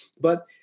but-